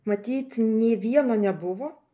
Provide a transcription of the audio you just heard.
matyt nė vieno nebuvo